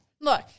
Look